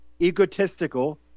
egotistical